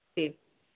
जी